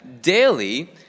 daily